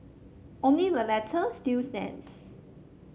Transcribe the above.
only the latter still stands